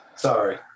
sorry